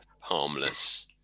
harmless